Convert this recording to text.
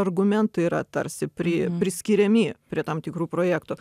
argumentai yra tarsi pri priskiriami prie tam tikrų projektų